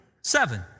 Seven